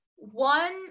One